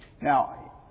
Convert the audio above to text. Now